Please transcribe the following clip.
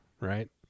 right